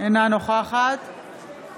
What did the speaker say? אינה נוכחת גילה